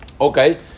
Okay